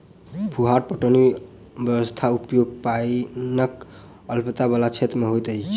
फुहार पटौनी व्यवस्थाक उपयोग पाइनक अल्पता बला क्षेत्र मे होइत अछि